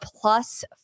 plus